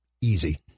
easy